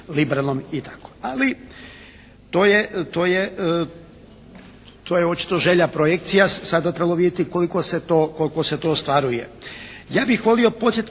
liberalnom i tako. Ali to je očito želja projekcija. Sada bi trebalo vidjeti koliko se to ostvaruje. Ja bih volio podsjetiti